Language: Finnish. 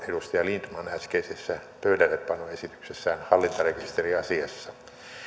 edustaja lindtman äskeisessä pöydällepanoesityksessään hallintarekisteriasiassa